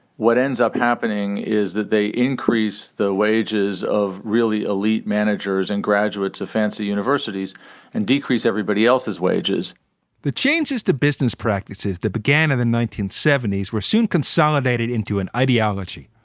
what ends up happening is that they increase the wages of really elite managers and graduates of fancy universities and decrease everybody else's wages the changes to business practices that began in and the nineteen seventy s were soon consolidated into an ideology.